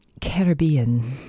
Caribbean